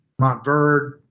Montverde